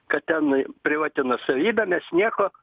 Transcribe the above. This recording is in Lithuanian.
kad ten privati nuosavybė mes nieko